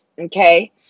Okay